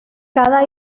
cada